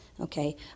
okay